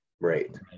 Right